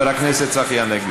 אדוני.